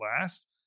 last